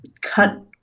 cut –